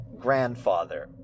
grandfather